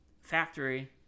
factory